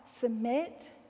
submit